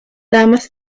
damas